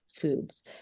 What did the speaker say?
foods